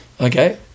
Okay